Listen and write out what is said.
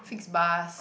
fix bus